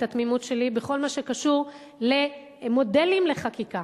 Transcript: התמימות שלי בכל מה שקשור למודלים לחקיקה.